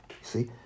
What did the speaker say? See